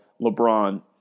LeBron